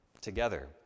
together